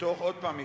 עוד פעם,